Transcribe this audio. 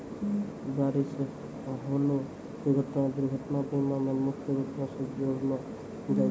गाड़ी से होलो दुर्घटना दुर्घटना बीमा मे मुख्य रूपो से जोड़लो जाय छै